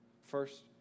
First